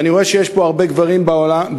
אני רואה שיש פה הרבה גברים באולם,